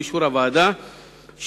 באישור הוועדה,